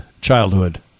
childhood